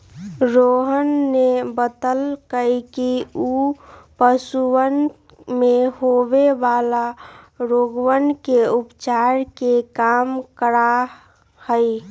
रोहन ने बतल कई कि ऊ पशुवन में होवे वाला रोगवन के उपचार के काम करा हई